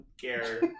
care